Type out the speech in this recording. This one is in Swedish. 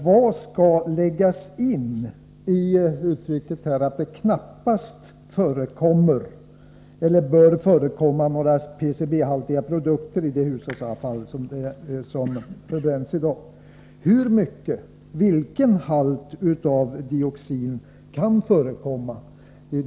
Hur skall man uppfatta uttrycket ”att det knappast bör förekomma några PCB-haltiga produkter i det hushållsavfall som förbränns i dag”? Den fråga som jag tycker är intressant är: Hur höga halter av dioxin kan förekomma?